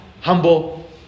humble